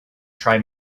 try